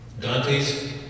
Dante's